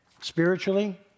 spiritually